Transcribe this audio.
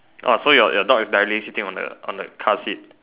orh so your your dog is barely sitting on the on the car seat